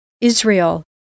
Israel